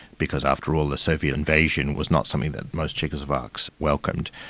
because after all the soviet invasion was not something that most czechoslovakians welcomed.